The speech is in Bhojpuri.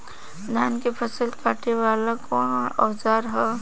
धान के फसल कांटे वाला कवन औजार ह?